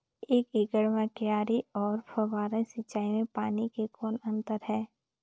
एक एकड़ म क्यारी अउ फव्वारा सिंचाई मे पानी के कौन अंतर हे?